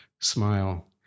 smile